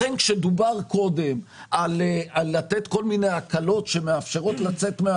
לכן כשדובר קודם על לתת כל מיני הקלות שמאפשרות לצאת,